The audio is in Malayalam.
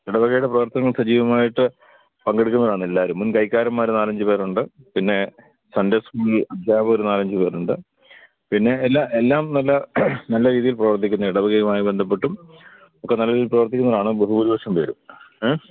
ഇടവകയുടെ പ്രവർത്തനങ്ങൾ സജീവമായിട്ട് പങ്കെടുക്കുന്നതാണ് എല്ലാവരും മുൻകൈക്കാരന്മാല് നാലഞ്ചു പേരുണ്ട് പിന്നേ സൺഡേ അധ്യാപകര് നാലഞ്ചു പേരുണ്ട് പിന്നെയെല്ലാ എല്ലാം നല്ല നല്ലരീതിയിൽ പ്രവർത്തിക്കുന്ന ഇടവകയുമായി ബന്ധപ്പെട്ടും ഒക്കെ നല്ലരീതിയിൽ പ്രവർത്തിക്കുന്നവരാണ് ബഹുഭൂരിപക്ഷം പേരും ഹേ